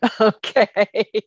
Okay